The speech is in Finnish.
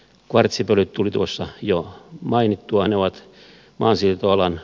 kvartsipölyt tuli tuossa jo mainittua